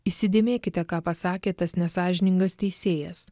įsidėmėkite ką pasakė tas nesąžiningas teisėjas